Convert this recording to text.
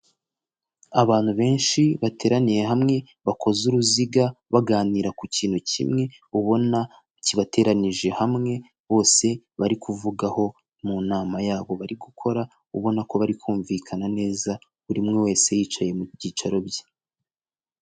Abantu benshi bateraniye hamwe bakoze uruziga baganira ku kintu kimwe ubona kibateranije hamwe bose bari kuvugaho mu nama yabo bari gukora ubona ko bari kumvikana neza buri umwe wese yicaye mu byicaro bye.